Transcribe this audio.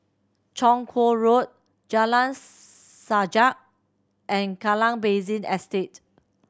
Chong Kuo Road Jalan Sajak and Kallang Basin Estate